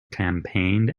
campaigned